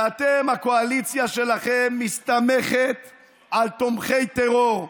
ואתם, הקואליציה שלכם מסתמכת על תומכי טרור.